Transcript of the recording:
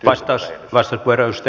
arvoisa puhemies